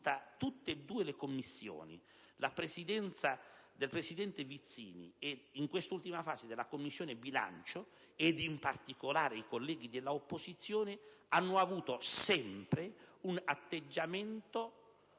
tutte e due le Commissioni, quella presieduta dal presidente Vizzini e, in quest'ultima fase, la nostra, e in particolare i colleghi dell'opposizione, hanno avuto sempre un atteggiamento